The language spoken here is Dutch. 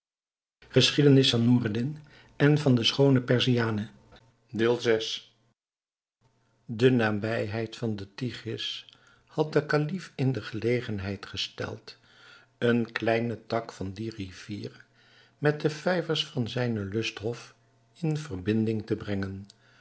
met masrour in gindsche laan totdat ik terugkom de nabijheid van den tigris had den kalif in de gelegenheid gesteld een kleinen tak van die rivier met de vijvers van zijnen lusthof in verbinding te brengen